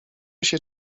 się